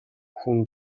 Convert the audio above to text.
хүн